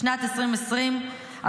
בשנת 2020,